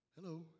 hello